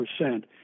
percent